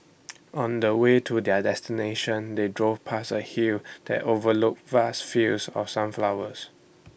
on the way to their destination they drove past A hill that overlooked vast fields of sunflowers